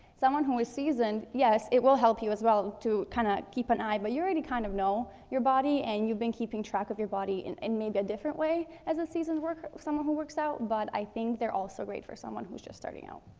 someone who is seasoned, yes, it will help you, as well, to kinda keep an eye, but you already kind of know your body, and you've been keeping track of your body in and maybe a different way as a seasoned worker someone who works out, but i think they're also great for someone who is just starting out.